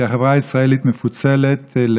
כי החברה הישראלית מפוצלת.